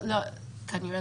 כנראה,